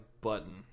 button